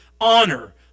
honor